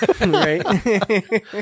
Right